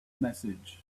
message